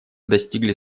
достигли